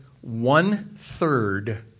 one-third